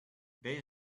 there